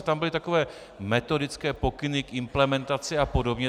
Tam byly takové metodické pokyny k implementaci a podobně.